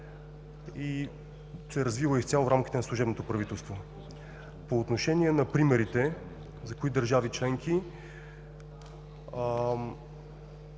и се е развила изцяло в рамките на служебното правителство. По отношение на примерите: за кои държави членки?